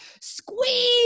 squeeze